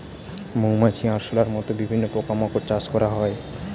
মৌমাছি, আরশোলার মত বিভিন্ন পোকা মাকড় চাষ করা হয়